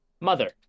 mother